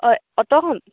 অঁ অ'টা খন